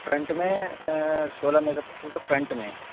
front में सोलह megapixel का फ़्रंट में